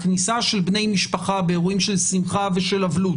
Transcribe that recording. הכניסה של בני משפחה באירועים של שמחה ושל אבלות.